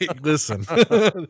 listen